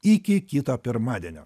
iki kito pirmadienio